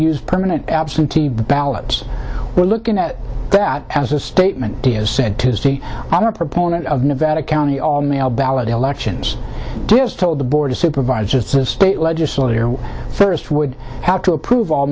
use permanent absentee ballots we're looking at that as a statement said tuesday i'm a proponent of nevada county mail ballot elections just told the board of supervisors the state legislature first would have to approve all